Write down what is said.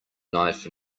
knife